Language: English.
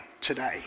today